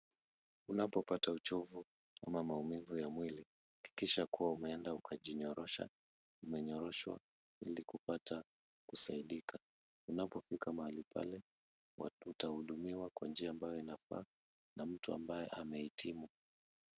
Unapopata uchovu ama maumivu ya mwili, hakikisha kuwa umeenda ukajinyorosha- umenyoroshwa ili kapata kusaidika. Unapofika mahali pale, utahudumiwa kwa njia ambayo inafaa na mtu ambaye amehitimu.